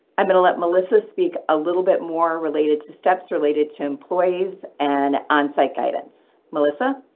i'm gonna let melissa speak a little bit more related to steps related to employees and on site guidance, melissa.